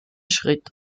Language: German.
schritt